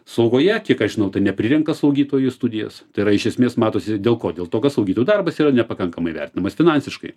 slaugoje kiek aš žinau tai neprirenka slaugytojų į studijas tai yra iš esmės matosi dėl ko dėl to kad slaugytojų darbas yra nepakankamai vertinamas finansiškai